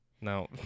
no